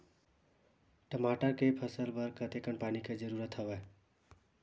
टमाटर के फसल बर कतेकन पानी के जरूरत हवय?